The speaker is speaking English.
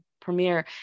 premiere